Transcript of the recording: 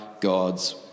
God's